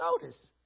Notice